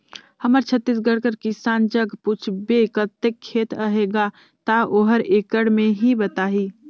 हमर छत्तीसगढ़ कर किसान जग पूछबे कतेक खेत अहे गा, ता ओहर एकड़ में ही बताही